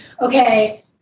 okay